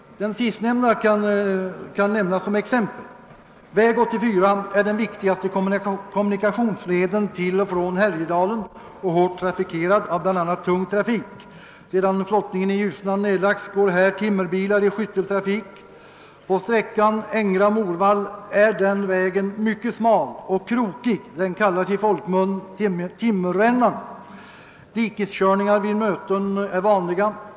Den sistnämnda kan få tjäna som exempel. Väg 84 är den viktigaste kommunikationsleden till och från Härjedalen och hårt trafikerad av bl.a. tunga fordon. Sedan flottningen i Ljusnan nedlagts går här timmerbilar i skytteltrafik. På sträckan Ängra—Morvall är vägen mycket smal och krokig. Den kallas i folkmun »Timmerrännan«». Dikeskörningar vid möten är vanliga.